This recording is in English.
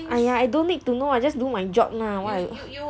!aiya! I don't need to do know I just do my job lah why I